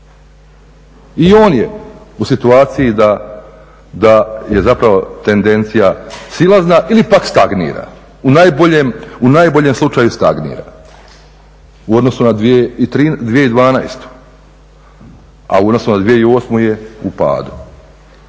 I on je u situaciji da je zapravo tendencija silazna ili pak stagnira, u najboljem slučaju stagnira u odnosu na 2012. a u odnosu na 2008. je u padu.